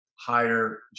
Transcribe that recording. higher